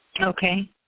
Okay